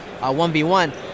1v1